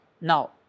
Now